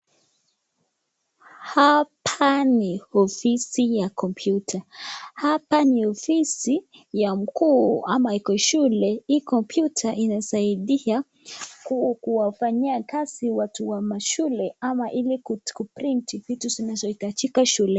Hapa ni ofisi ya kompyuta. Hapa ni ofisi ya mkuu ama iko shule. Hii kompyuta inasaidia kuwafanyia kazi watu wa mashule ama ili kuprint[cs ]vitu zinazihitajika shuleni.